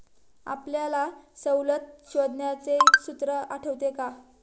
आपल्याला सवलत शोधण्याचे सूत्र आठवते का?